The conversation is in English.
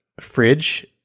fridge